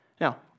Now